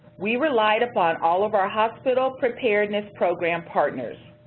we relied upon all of our hospital preparedness program partners.